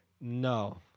No